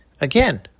Again